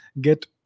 get